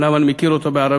אומנם אני מכיר אותו בערבית,